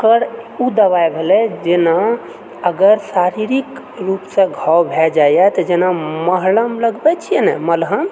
ओकर ओ दवाइ भेलै जेना अगर शारीरिक रूपसँ घाव भए जाइए तऽ जेना मलहम लगबै छिऐ ने मलहम